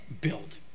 build